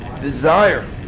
desire